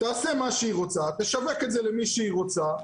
תעשה מה שהיא רוצה, תשווק את זה למי שהיא רוצה.